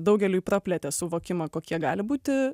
daugeliui praplėtė suvokimą kokie gali būti